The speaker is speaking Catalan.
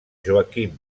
joaquim